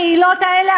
הקהילות האלה,